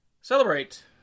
celebrate